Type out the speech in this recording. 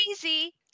crazy